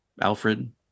Alfred